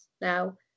now